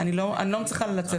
אני לא מצליחה לצאת